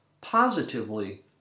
positively